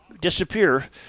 disappear